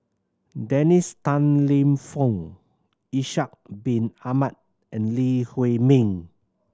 Dennis Tan Lip Fong Ishak Bin Ahmad and Lee Huei Min